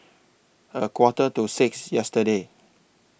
A Quarter to six yesterday